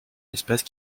espace